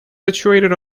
situated